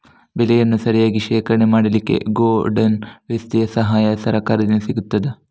ಬೆಳೆಯನ್ನು ಸರಿಯಾಗಿ ಶೇಖರಣೆ ಮಾಡಲಿಕ್ಕೆ ಗೋಡೌನ್ ವ್ಯವಸ್ಥೆಯ ಸಹಾಯ ಸರಕಾರದಿಂದ ಸಿಗುತ್ತದಾ?